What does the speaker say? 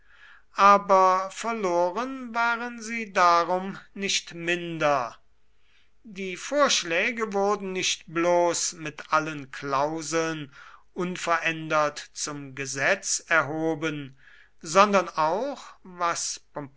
aber verloren waren sie darum nicht minder die vorschläge wurden nicht bloß mit allen klauseln unverändert zum gesetz erhoben sondern auch was